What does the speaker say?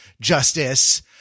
justice